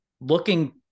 looking